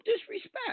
disrespect